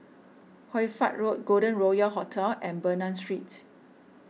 Hoy Fatt Road Golden Royal Hotel and Bernam Street